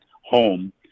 home